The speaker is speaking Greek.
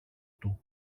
του